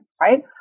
right